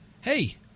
Hey